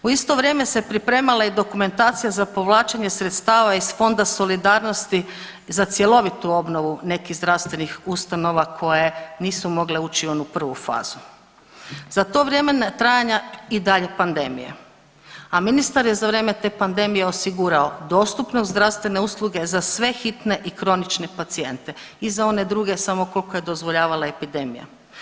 U isto vrijeme se pripremale dokumentacija za povlačenje sredstava iz Fonda solidarnosti za cjelovitu obnovu nekih zdravstvenih ustanova koje nisu mogle ući u onu prvu fazu, za to vrijeme trajanja i dalje pandemija, a ministar je za vrijem te pandemije osigurao dostupnost zdravstvene ustanove za sve hitne i kronične pacijente i za one druge samo koliko je dozvoljavala epidemija.